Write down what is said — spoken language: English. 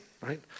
right